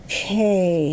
Okay